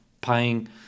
paying